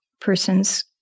person's